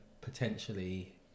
potentially